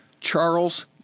Charles